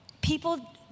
people